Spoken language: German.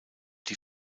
die